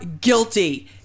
guilty